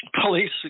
police